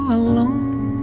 alone